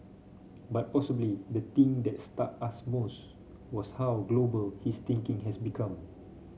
but possibly the thing that struck us most was how global his thinking has become